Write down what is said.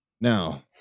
Now